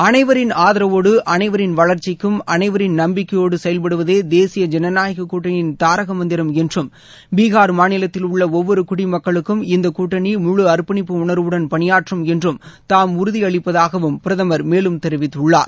அனைவரின் ஆதரவோடு அனைவரின் வளர்ச்சிக்கும் அனைவரின் நம்பிக்கையோடு செயல்படுவதே தேசிய ஜனநாயக கூட்டணியின் தாரக மந்திரம் என்றும் பீகா் மாநிலத்தில் உள்ள ஒவ்வொரு குடிமக்களுக்கும் இந்த கூட்டணி முழு அர்ப்பணிப்பு உணர்வுடன் பணியாற்றும் என்று தாம் உறுதி அளிப்பதாகவும் பிரதமர் மேலும் தெரிவித்துள்ளார்